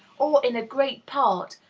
or in a great part,